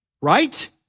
right